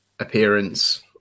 appearance